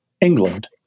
England